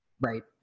right